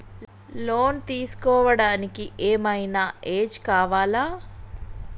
Loan తీస్కోవడానికి ఏం ఐనా ఏజ్ కావాలా?